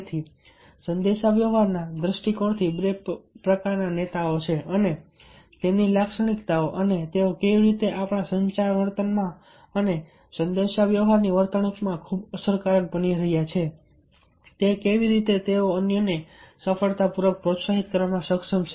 તેથી સંદેશાવ્યવહારના દૃષ્ટિકોણથી બે પ્રકારના નેતાઓ છે અને તેમની લાક્ષણિકતાઓ અને તેઓ કેવી રીતે આપણા સંચાર વર્તનમાં અને સંદેશાવ્યવહારની વર્તણૂકમાં ખૂબ અસરકારક બની રહ્યા છે તે કેવી રીતે તેઓ અન્યોને સફળતાપૂર્વક પ્રોત્સાહિત કરવામાં સક્ષમ છે